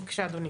בבקשה, אדוני.